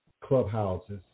clubhouses